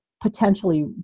potentially